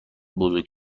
بزرگ